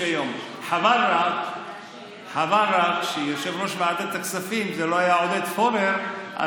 חבל רק שיושב-ראש ועדת הכספים לא היה עודד פורר.